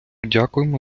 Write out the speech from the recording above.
дякуємо